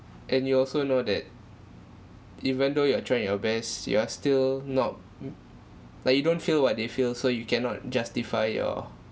and you also know that even though you are trying your best you are still not mm like you don't feel what they feel so you cannot justify your